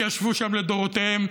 שישבו שם לדורותיהם,